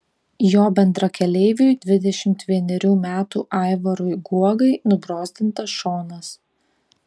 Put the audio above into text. jo bendrakeleiviui dvidešimt vienerių metų aivarui guogai nubrozdintas šonas